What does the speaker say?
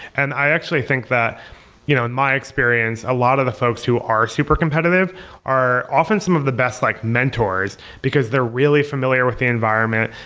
and i actually think that you know in my experience, a lot of the folks who are super competitive are often some of the best like mentors, because they're really familiar with the environment,